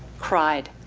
cried.